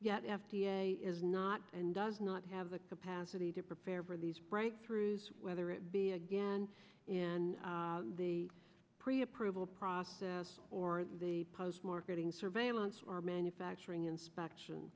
yet f d a is not and does not have the capacity to prepare for these breakthroughs whether it be again in the pre approval process or the post marketing surveillance or manufacturing inspection